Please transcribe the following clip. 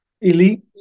elite